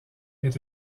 est